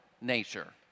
nature